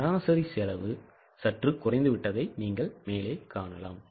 சராசரி செலவு சற்று குறைந்துவிட்டதை நீங்கள் மேலே காணலாம்